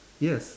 yes